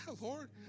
Lord